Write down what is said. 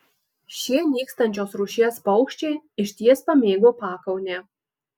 šie nykstančios rūšies paukščiai išties pamėgo pakaunę